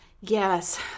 Yes